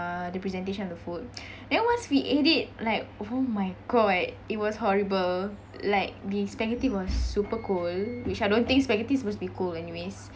uh the presentation of the food then once we ate it like oh my god it was horrible like the spaghetti was super cold which I don't think spaghetti's supposed be cold anyways